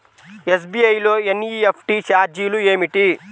SBI లో NEFT ఛార్జీలు ఏమిటి?